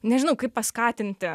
nežinau kaip paskatinti